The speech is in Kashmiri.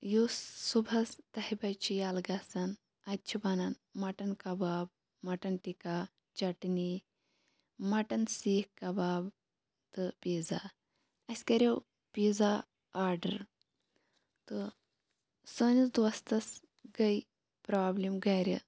یُس صُبحَس دَہہِ بَجہِ چھُ ییٚلہٕ گَژھان اَتہِ چھ بَنان مَٹَن کَباب مَٹَن ٹِکا چٹنی مَٹَن سیٖکھ کَباب تہٕ پِزا اسہِ کَریو پِزا آرڈَر تہٕ سٲنِس دوستَس گٔے پرٛابلم گرِ